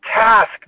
task